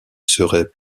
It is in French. serait